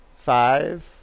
Five